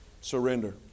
Surrender